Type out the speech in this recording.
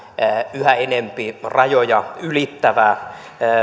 yhä enempi rajoja ylittävää